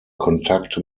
kontakt